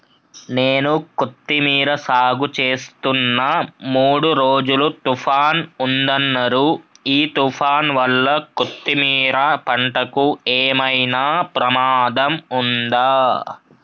నేను కొత్తిమీర సాగుచేస్తున్న మూడు రోజులు తుఫాన్ ఉందన్నరు ఈ తుఫాన్ వల్ల కొత్తిమీర పంటకు ఏమైనా ప్రమాదం ఉందా?